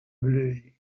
bleuets